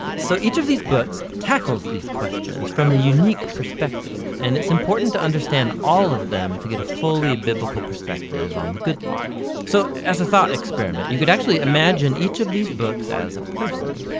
so, each of these books tackles these questions from a unique perspective and it's important to understand all of them to get a fully biblical perspective on the good life. so, as a thought experiment, you could actually imagine each of these books as a person.